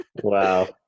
Wow